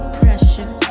pressure